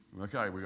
Okay